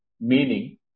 meaning